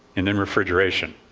and then refrigeration.